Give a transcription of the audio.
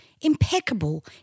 impeccable